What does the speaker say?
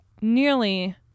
nearly